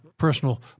personal